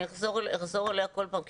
אני אחזור עליה כל פעם,